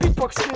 books